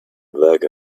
black